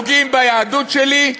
פוגעים ביהדות שלי,